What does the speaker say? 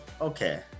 okay